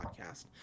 podcast